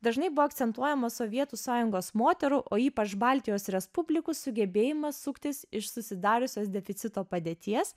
dažnai buvo akcentuojamos sovietų sąjungos moterų o ypač baltijos respublikų sugebėjimas suktis iš susidariusios deficito padėties